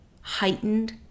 heightened